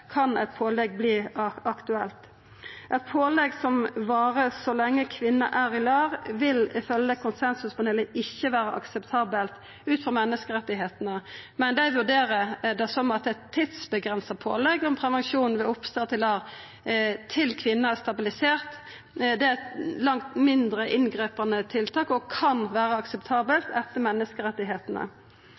kan eit pålegg verta aktuelt. Eit pålegg som varer så lenge kvinna er i LAR, vil ifølgje konsensuspanelet ikkje vera akseptabelt ut frå menneskerettane, men dei vurderer det som at eit tidsavgrensa pålegg om prevensjon ved oppstart i LAR, til kvinna er stabilisert, er eit langt mindre inngripande tiltak og kan vera akseptabelt etter